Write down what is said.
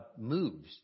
moves